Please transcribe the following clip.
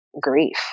grief